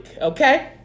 Okay